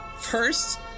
First